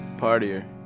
Partier